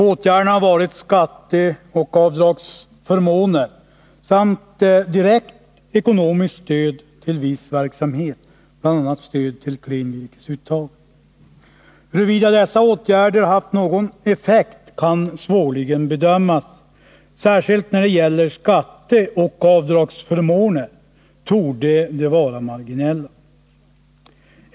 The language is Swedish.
Åtgärderna har varit skatteoch avdragsförmåner samt direkt ekonomiskt stöd till viss verksamhet, bl.a. stöd till klenvirkesuttag. Huruvida dessa åtgärder haft någon effekt kan svårligen bedömas. Särskilt när det gäller skatteoch avdragsförmåner torde effekterna vara marginella.